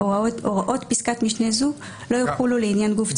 הוראות פסקת משנה זו לא יחולו לעניין גוף ציבורי